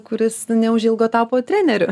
kuris neužilgo tapo treneriu